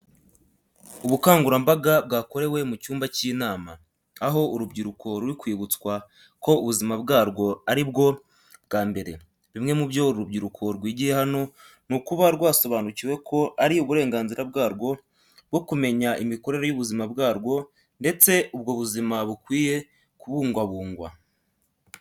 Ubukangurambaga bwakorewe mu cyumba cy'inama, aho urubyiruko ruri kwibutswa ko ubuzima bwarwo ari bwo bwa mbere. Bimwe mu byo uru rubyiruko rwigiye hano ni ukuba rwasobanukiwe ko ari uburenganzira bwarwo bwo kumenya imikorere y'ubuzima bwarwo kandi ubwo buzima bukwiye kubungwabungwa.